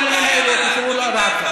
כל המילים האלה ייחשבו לרעתך.